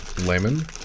lemon